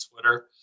Twitter